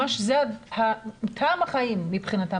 זה ממש טעם החיים מבחינתם,